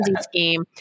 scheme